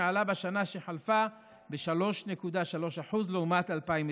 שעלה בשנה שחלפה ב-3.3% לעומת 2020,